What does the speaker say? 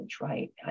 right